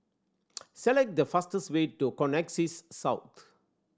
select the fastest way to Connexis South